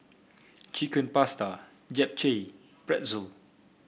Chicken Pasta Japchae Pretzel